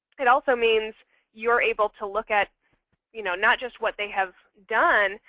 it also means you're able to look at you know not just what they have done,